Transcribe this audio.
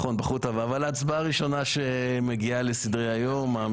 הצבעה ראשונה שמגיעה לסדר-היום.